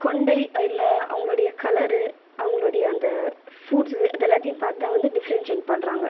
கொண்டை இல்லை அவங்களுடைய கலர் அவங்களுடைய அந்த ஃபூட்ஸ் இது எல்லாத்தையும் பார்த்து தான் வந்து டிஃபரன்ஷியேட் பண்ணுறாங்க